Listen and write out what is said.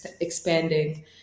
expanding